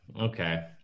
Okay